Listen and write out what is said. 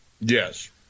Yes